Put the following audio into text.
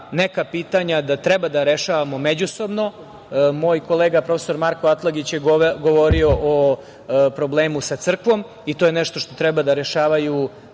neka pitanja da treba da rešavamo međusobno. Moj kolega, profesor Marko Atlagić, je govorio o problemu sa crkvom i to je nešto što treba da rešavaju